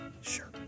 Sure